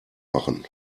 machen